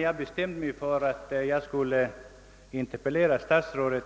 Jag bestämde mig för att interpellera statsrådet,